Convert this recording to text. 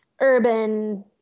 urban